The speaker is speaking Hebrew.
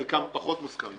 חלקם פחות מוסכמים.